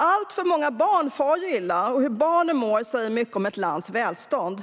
Alltför många barn far illa, och hur barnen mår säger mycket om ett lands välstånd.